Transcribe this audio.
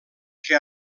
que